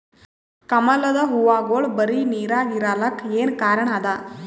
ಕಮಲದ ಹೂವಾಗೋಳ ಬರೀ ನೀರಾಗ ಇರಲಾಕ ಏನ ಕಾರಣ ಅದಾ?